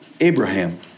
Abraham